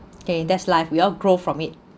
okay that's life we all grow from it